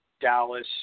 dallas